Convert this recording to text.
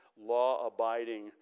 law-abiding